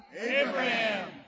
Abraham